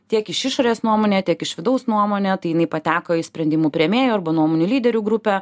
tiek iš išorės nuomone tiek iš vidaus nuomone tai jinai pateko į sprendimų priėmėjų arba nuomonių lyderių grupę